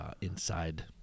inside